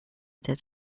did